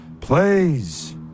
Please